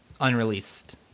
unreleased